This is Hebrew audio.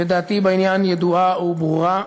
ודעתי בעניין ידועה וברורה.